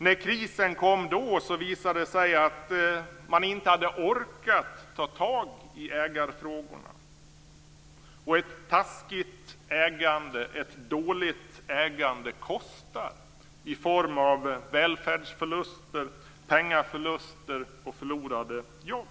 När krisen kom visade det sig att man inte hade orkat ta tag i ägarfrågorna. Ett passivt och dåligt ägande kostar i form av välfärdsförluster, pengaförluster och förlorade jobb.